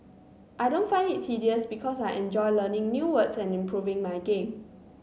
I don't find it tedious because I enjoy learning new words and improving my game